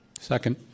Second